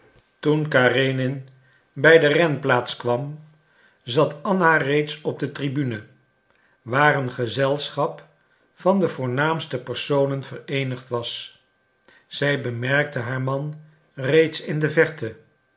toen karenin bij de renplaats kwam zat anna reeds op de tribune waar een gezelschap van de voornaamste personen vereenigd was zij bemerkte haar man reeds in de verte